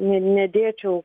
ne nedėčiau